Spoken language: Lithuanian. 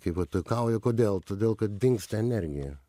kai pataikauji kodėl todėl kad dingsta energija